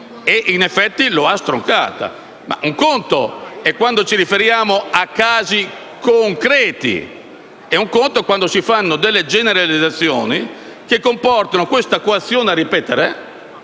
e in effetti lo ha fatto. Un conto è quando ci riferiamo a casi concreti, un altro quando si fanno generalizzazioni che comportano questa coazione a ripetere.